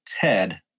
Ted